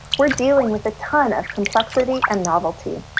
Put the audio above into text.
we're dealing with a ton of complexity and novelty.